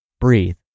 Breathe